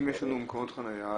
אם יש לנו מקומות חניה.